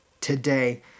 today